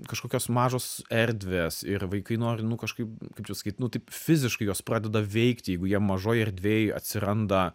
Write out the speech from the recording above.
kažkokios mažos erdvės ir vaikai nori nu kažkaip kaip čia sakyt nu taip fiziškai juos pradeda veikti jeigu jie mažoj erdvėj atsiranda